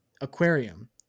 aquarium